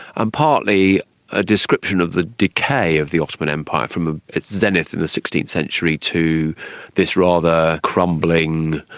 um partly a description of the decay of the ottoman empire, from ah its zenith in the sixteenth century to this rather crumbling,